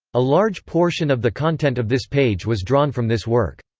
a large portion of the content of this page was drawn from this work.